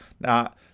Now